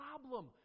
problem